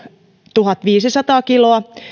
tuhatviisisataa kiloa